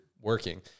working